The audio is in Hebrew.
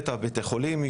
בבית החולים.